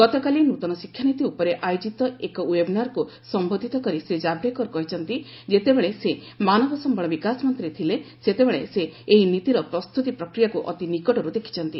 ଗତକାଲି ନ୍ତନ ଶିକ୍ଷାନୀତି ଉପରେ ଆୟୋଜିତ ଏକ ଓ୍ୱେବିନର୍କୁ ସମ୍ଘୋଧିତ କରି ଶ୍ରୀ ଜାବ୍ଡେକର କହିଛନ୍ତି ଯେତେବେଳେ ସେ ମାନବ ସମ୍ଭଳ ବିକାଶ ମନ୍ତ୍ରୀ ଥିଲେ ସେତେବେଳେ ସେ ଏହି ନୀତିର ପ୍ରସ୍ତୁତି ପ୍ରକ୍ରିୟାକୁ ଅତି ନିକଟରୁ ଦେଖିଛନ୍ତି